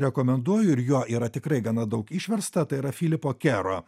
rekomenduoju ir jo yra tikrai gana daug išversta tai yra filipo kero